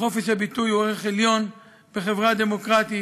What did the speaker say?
חופש הביטוי הוא ערך עליון בחברה דמוקרטית.